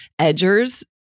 edgers